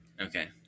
Okay